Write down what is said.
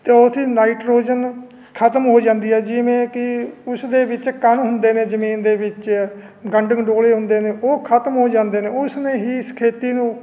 ਅਤੇ ਉਸਦੀ ਨਾਈਟ੍ਰੋਜਨ ਖਤਮ ਹੋ ਜਾਂਦੀ ਹੈ ਜਿਵੇਂ ਕਿ ਉਸ ਦੇ ਵਿੱਚ ਕਣ ਹੁੰਦੇ ਨੇ ਜ਼ਮੀਨ ਦੇ ਵਿੱਚ ਗੰਡ ਗੰਡੋਲੇ ਹੁੰਦੇ ਨੇ ਉਹ ਖਤਮ ਹੋ ਜਾਂਦੇ ਨੇ ਉਸ ਨੇ ਹੀ ਇਸ ਖੇਤੀ ਨੂੰ